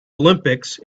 olympics